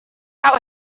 out